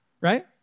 Right